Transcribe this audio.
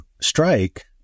strike